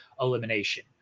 elimination